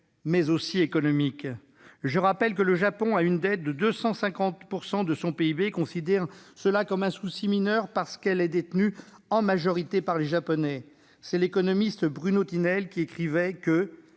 mais aussi économiques. Je rappelle que le Japon a une dette représentant 250 % de son PIB et ne voit cette réalité que comme un souci mineur, parce qu'elle est détenue en majorité par les Japonais. C'est l'économiste Bruno Tinel qui écrivait que,